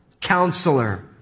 counselor